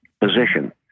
position